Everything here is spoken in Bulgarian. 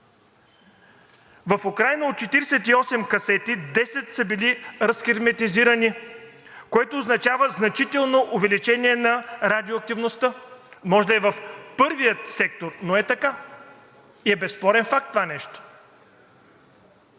В Украйна от 48 касети 10 са били разхерметизирани, което означава значително увеличение на радиоактивността. Може да е в първия сектор, но е така и е безспорен факт това нещо.